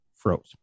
Froze